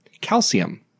Calcium